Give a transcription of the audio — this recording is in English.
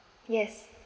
yes